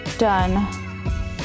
done